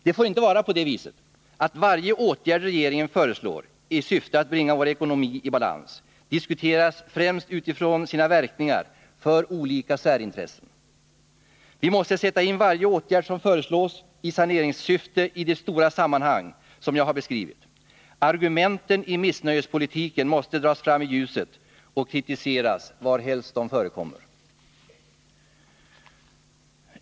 Det får inte vara på det sättet att varje åtgärd som regeringen föreslår i syfte att bringa vår ekonomi i balans diskuteras främst utifrån sina verkningar för olika särintressen. Vi måste sätta in varje åtgärd som föreslås i saneringssyfte i det stora sammanhang som jag har beskrivit. Argumenten i missnöjespolitiken måste dras fram i ljuset och kritiseras varhelst de förekommer.